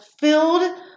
filled